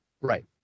Right